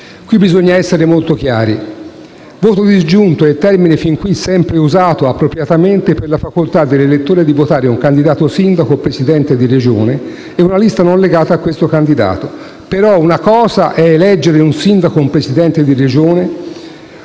Qui bisogna essere molto chiari: il termine "voto disgiunto" fin qui è stato sempre usato - appropriatamente - per la facoltà dell'elettore di votare un candidato sindaco (o Presidente di Regione) e una lista non legata a tale candidato. Ma una cosa è eleggere un sindaco o un Presidente di Regione;